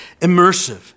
immersive